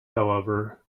however